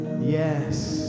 Yes